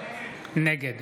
נגד